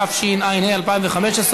התשע"ה 2015,